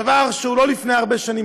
דבר שהתחיל לא לפני הרבה שנים,